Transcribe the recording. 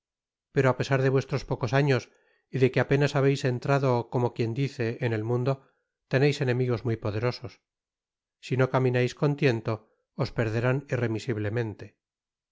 pero á pesar de vuestros pocos años y de que apenas habeis entrado como quien dice en el mundo teneis enemigos muy poderosos si no caminais con tiento os perderán irremisiblemente